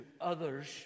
others